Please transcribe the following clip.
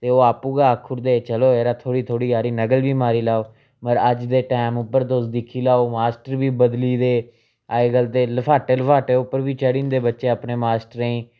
ते ओह् आपूं गै आक्खी उड़दे हे चलो यरा थोह्ड़ी थोह्ड़ी हारी नकल बी मारी लैओ मगर अज्ज दे टैम उप्पर तुस दिक्खी लैओ मास्टर बी बदली गेदे अज्जकल ते लफाटे लफाटे उप्पर बी चढ़ी जंदे बच्चे अपने मास्टरें गी